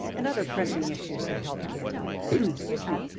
and other pressing issues in healthcare excuse me.